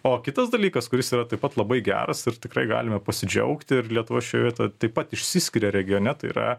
o kitas dalykas kuris yra taip pat labai geras ir tikrai galime pasidžiaugti ir lietuvos šioje vietoje taip pat išsiskiria regione tai yra